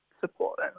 support